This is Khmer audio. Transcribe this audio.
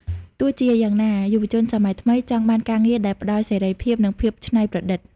ទោះជាយ៉ាងណា យុវជនសម័យថ្មីចង់បានការងារដែលផ្តល់ "សេរីភាព" និង "ភាពច្នៃប្រឌិត"។